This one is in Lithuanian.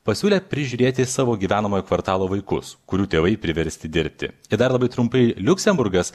pasiūlė prižiūrėti savo gyvenamojo kvartalo vaikus kurių tėvai priversti dirbti ir dar labai trumpai liuksemburgas